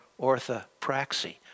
orthopraxy